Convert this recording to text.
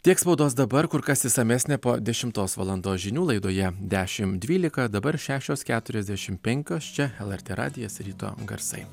tiek spaudos dabar kur kas išsamesnė po dešimtos valandos žinių laidoje dešimt dvylika dabar šešios keturiasdešimt penkios čia lrt radijas ryto garsai